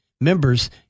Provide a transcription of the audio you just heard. members